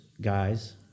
guys